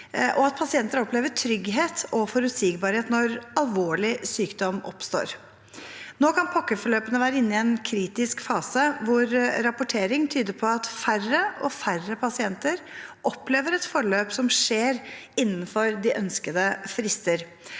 og at pasienter opplever trygghet og forutsigbarhet når alvorlig sykdom oppstår. Nå kan pakkeforløpene være inne i en kritisk fase, hvor rapportering tyder på at færre og færre pasienter opplever et forløp som skjer innenfor de ønskede frister.